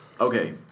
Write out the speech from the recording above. Okay